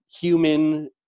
human